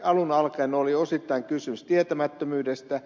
alun alkaen oli osittain kysymys tietämättömyydestä